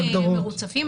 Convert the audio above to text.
יש מקרים מרוצפים,